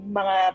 mga